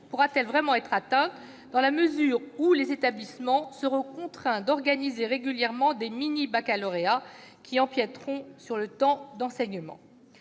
pourra-t-il vraiment être atteint, dans la mesure où les établissements seront contraints d'organiser régulièrement des « mini-baccalauréats » qui empiéteront sur le temps d'enseignement ?